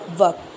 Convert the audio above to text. work